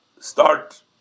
start